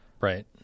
Right